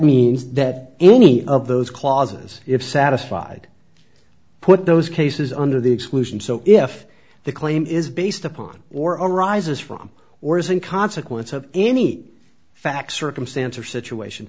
means that any of those clauses if satisfied put those cases under the exclusions so if the claim is based upon or arises from or is in consequence of any facts circumstance or situation